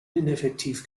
ineffektiv